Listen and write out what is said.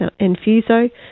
Enfuso